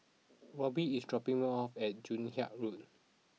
Robby is dropping me off at Joon Hiang Road